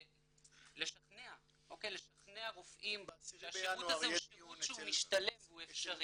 לשכנע רופאים שהשירות הזה הוא שירות שהוא משתלם והוא אפשרי.